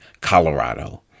Colorado